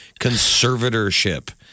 conservatorship